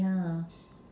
yeah